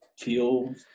feel